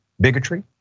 bigotry